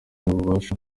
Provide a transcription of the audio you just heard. n’ububasha